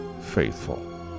faithful